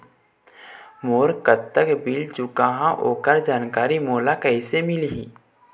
मोर कतक बिल चुकाहां ओकर जानकारी मोला कैसे मिलही?